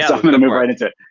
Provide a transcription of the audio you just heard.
ah i'm gonna move right into it.